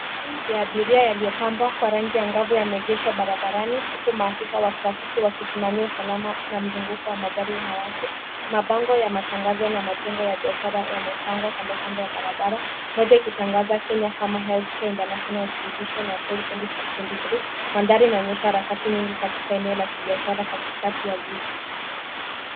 Magari ya abiria yaliyopambwa kwa rangi ya angavu yameegeshwa barabarani huku maafisa wa trafiki wakisimamia usalama na mzunguko wa magari na watu mabango ya matangazo na majengo ya biashara yamepangwa kando kando ya barabara moja ikitangaza Kenya Pharma Healthcare International Exhibition April 2023 . Mandhari inaonyesha harakati nyingi katika eneo la kibiashara katikati ya jiji.